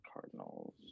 Cardinals